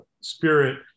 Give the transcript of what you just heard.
spirit